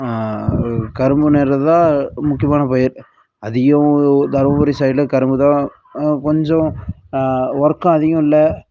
கரும்பு நடுவதுதான் முக்கியமான பயிர் அதிகம் தருமபுரி சைடில் கரும்புதான் கொஞ்சம் ஒர்க்கும் அதிகம் இல்லை